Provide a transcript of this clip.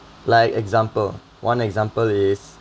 like example one example is